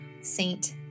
Saint